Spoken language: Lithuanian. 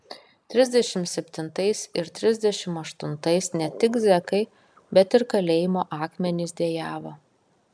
trisdešimt septintais ir trisdešimt aštuntais ne tik zekai bet ir kalėjimo akmenys dejavo